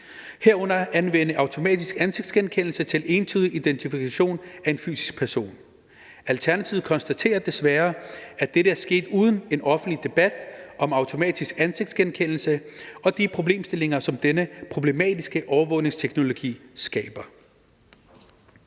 herunder anvende automatisk ansigtsgenkendelse til entydig identifikation af en fysisk person. Alternativet konstaterer desværre, at dette er sket uden en offentlig debat om automatisk ansigtsgenkendelse og de problemstillinger, som denne problematiske overvågningsteknologi skaber.